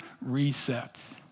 reset